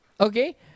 Okay